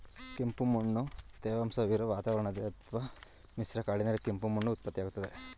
ಕೆಂಪುಮಣ್ಣು ತೇವಾಂಶವಿರೊ ವಾತಾವರಣದಲ್ಲಿ ಅತ್ವ ಮಿಶ್ರ ಕಾಡಿನಲ್ಲಿ ಕೆಂಪು ಮಣ್ಣು ಉತ್ಪತ್ತಿಯಾಗ್ತದೆ